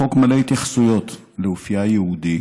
החוק מלא התייחסויות לאופייה היהודי